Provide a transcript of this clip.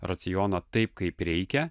racioną taip kaip reikia